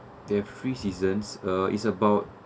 there're three seasons uh is about